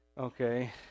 okay